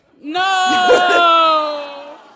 No